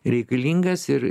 reikalingas ir